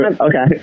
okay